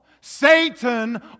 Satan